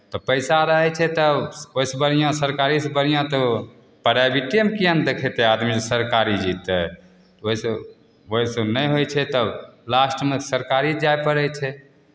तऽ पैसा रहै छै तऽ ओहिसँ बढ़िआँ सरकारीसँ बढ़िआँ तऽ प्राइभेटेमे किए नहि देखयतै आदमी जे सरकारी जयतै ओहिसँ ओहिसँ नहि होइ छै तब लास्टमे सरकारी जाय पड़ै छै